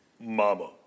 Mama